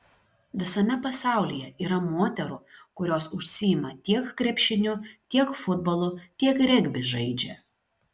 visame pasaulyje yra moterų kurios užsiima tiek krepšiniu tiek futbolu tiek regbį žaidžia